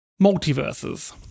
Multiverses